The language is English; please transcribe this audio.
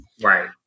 Right